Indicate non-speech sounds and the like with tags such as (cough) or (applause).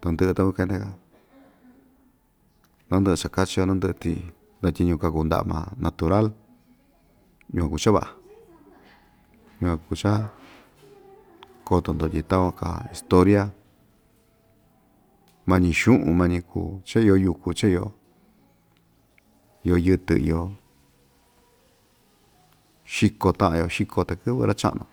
Tandɨ'ɨ ta (unintelligible) nandɨ'ɨ chakachio nandɨ'ɨ tii ndatyiñu kaku nda'a ma natural yukuan kuu cha va'a yukuan kuu cha koto‑ndo tyi takuan kaa historia mañi xu'un mañi kuu cha iyo yuku cha iyo iyo yɨtɨ iyo xiko ta'an‑yo xiko takɨ́vɨ ra‑cha'nu